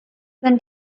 sind